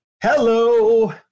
Hello